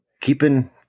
keeping